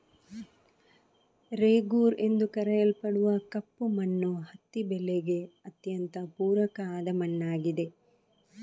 ರೇಗೂರ್ ಎಂದು ಕರೆಯಲ್ಪಡುವ ಕಪ್ಪು ಮಣ್ಣು ಹತ್ತಿ ಬೆಳೆಗೆ ಅತ್ಯಂತ ಪೂರಕ ಆದ ಮಣ್ಣಾಗಿದೆ